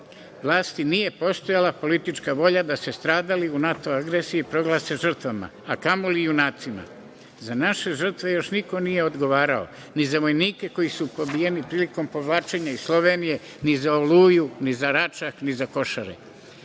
vlasti nije postojala politička volja da se stradali u NATO agresiji proglase žrtvama, a kamoli junacima.Za naše žrtve još niko nije odgovarao, ni za vojnike koji su pobijeni prilikom povlačenja iz Slovenije, ni za Oluju, ni za Račak, ni za Košare.